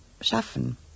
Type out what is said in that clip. schaffen